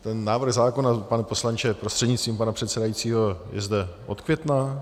Ten návrh zákona, pane poslanče prostřednictvím pana předsedajícího, je zde od května?